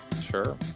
Sure